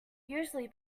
usually